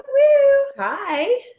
Hi